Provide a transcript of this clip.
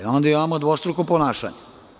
Onda imamo dvostruko ponašanje.